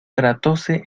tratóse